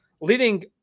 leading